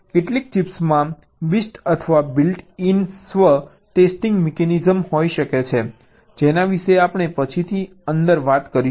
કેટલીક ચિપ્સમાં BIST અથવા બિલ્ટ ઇન સ્વ ટેસ્ટિંગ મિકેનિઝમ હોઈ શકે છે જેના વિશે આપણે પછીથી અંદર વાત કરીશું